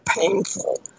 painful